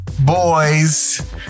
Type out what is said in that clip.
boys